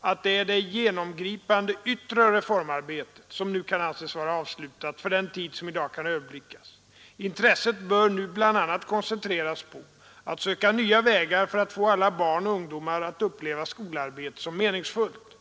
att det är det genomgripande yttre reformarbetet som nu kan anses vara avslutat för den tid som i dag kan överblickas. Intresset bör nu bl.a. koncentreras på att söka nya vägar för att få alla barn och ungdomar att uppleva skolarbetet som meningsfullt.